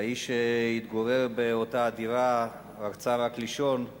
והאיש שהתגורר באותה דירה רצה רק לישון.